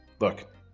Look